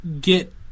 get